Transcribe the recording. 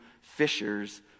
fishers